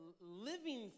living